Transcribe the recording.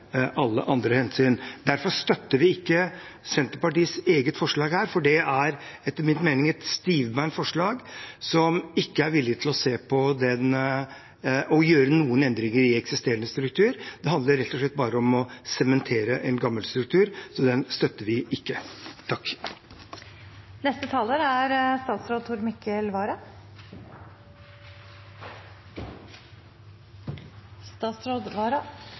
alle andre hensyn. Derfor støtter vi ikke Senterpartiets eget forslag her, for det er etter min mening et stivbent forslag. Senterpartiet er ikke villig til å gjøre noen endringer i eksisterende struktur. Det handler rett og slett bare om å sementere en gammel struktur, og det støtter vi ikke. Innledningsvis vil jeg si at dette først og fremst handler om samfunnssikkerhet. Det er